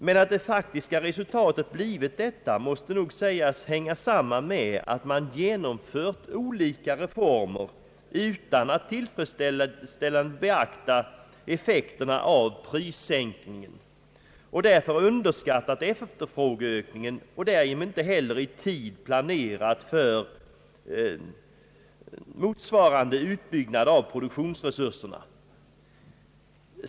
Men att det faktiska resultatet blivit detta måste nog sägas hänga samman med att man genomfört olika reformer utan att tillräckligt beakta effekterna av prissänkningen och därför underskattat efterfrågeökningen och därigenom inte heller i tid planerat för motsvarande utbyggnad av produktionsresurserna.